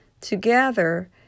Together